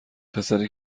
پسری